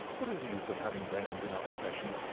what is the use of having brains in our profession.